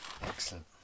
Excellent